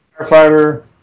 firefighter